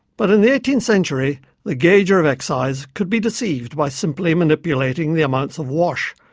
but in the eighteenth century the gauger of excise could be deceived by simply manipulating the amounts of wash,